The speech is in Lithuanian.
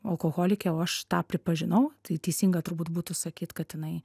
alkoholikė o aš tą pripažinau tai teisinga turbūt būtų sakyt kad jinai